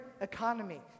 economy